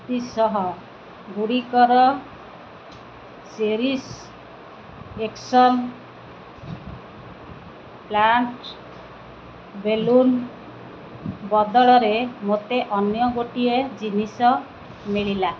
ଶ୍ରୁତିସହଗୁଡ଼ିକର cherish balloon ବଦଳରେ ମୋତେ ଅନ୍ୟ ଗୋଟିଏ ଜିନିଷ ମିଳିଲା